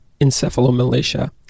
Encephalomalacia